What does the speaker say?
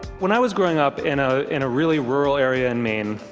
when i was growing up in ah in a really rural area in maine,